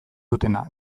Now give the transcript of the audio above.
dutena